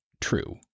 true